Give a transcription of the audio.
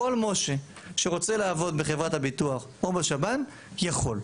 כל משה שרוצה לעבוד בחברת הביטוח או בשב"ן יכול.